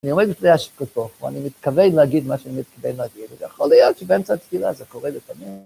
אני עומד בפני השקוטוף, ואני מתכוון להגיד מה שאני מתכוון להגיד, ויכול להיות שבאמצע התפילה זה קורה לפעמים.